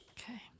Okay